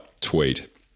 tweet